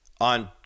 on